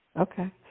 Okay